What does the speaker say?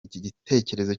igitekerezo